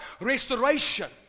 restoration